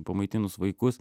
pamaitinus vaikus